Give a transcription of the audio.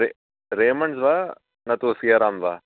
रेमण्ड्स् वा न तु सियाराम वा